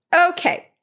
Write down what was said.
Okay